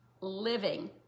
Living